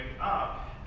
up